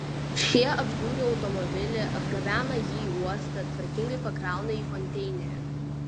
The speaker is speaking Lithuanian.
šie apžiūri automobilį atgabena jį į uostą tvarkingai pakrauna į konteinerį